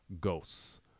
Ghosts